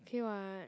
okay [what]